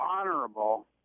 honorable